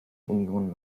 union